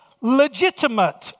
legitimate